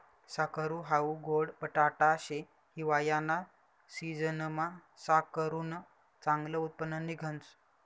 साकरू हाऊ गोड बटाटा शे, हिवायाना सिजनमा साकरुनं चांगलं उत्पन्न निंघस